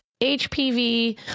HPV